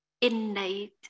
innate